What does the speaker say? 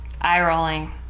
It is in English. Eye-rolling